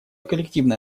коллективное